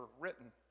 written